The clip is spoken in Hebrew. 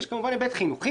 יש גם היבט חינוכי,